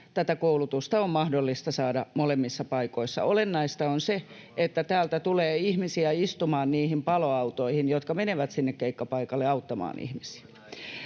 tätä koulutusta on mahdollista saada molemmissa paikoissa. Olennaista on se, että näistä tulee ihmisiä istumaan niihin paloautoihin, jotka menevät sinne keikkapaikalle auttamaan ihmisiä.